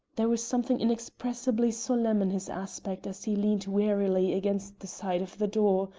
there was something inexpressibly solemn in his aspect as he leaned wearily against the side of the door,